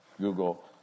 Google